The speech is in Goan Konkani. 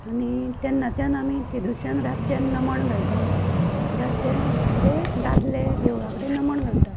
आनी तेन्नाच्यान आमी तेदुसच्यान रातच्यान नमन घालता रातचें म्हणजे दादले देवळा कडेन नमन घालता